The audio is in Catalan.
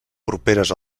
properes